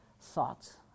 thoughts